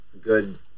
good